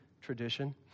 tradition